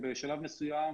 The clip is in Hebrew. בשלב מסוים